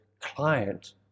client